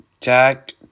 Jack